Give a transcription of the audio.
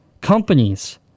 companies